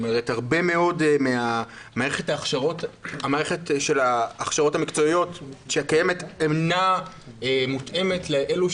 זאת אומרת הרבה מאוד ממערכת של ההכשרות המקצועיות שקיימת אינה מותאמת לאלו